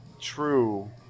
true